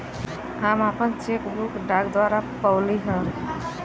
हम आपन cheque book डाक द्वारा पउली है